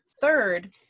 Third